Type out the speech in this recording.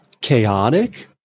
chaotic